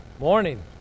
Morning